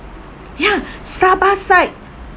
ya sabah side